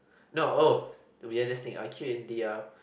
no oh to be in this thing I queue in the a